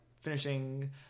finishing